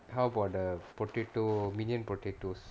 how about the potato minion potatoes